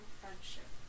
friendship